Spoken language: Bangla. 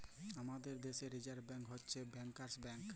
আমাদের দ্যাশে রিসার্ভ ব্যাংক হছে ব্যাংকার্স ব্যাংক